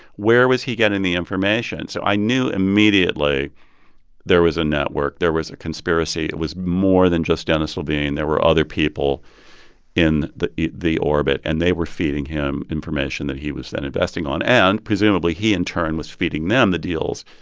where was he getting the information? so i knew immediately there was a network. there was a conspiracy. it was more than just dennis levine. there were other people in the the orbit, and they were feeding him information that he was then investing on. and, presumably, he in turn was feeding them the deals.